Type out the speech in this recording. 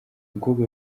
umukobwa